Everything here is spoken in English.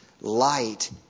light